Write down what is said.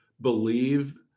believe